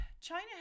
China